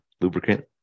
lubricant